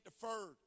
deferred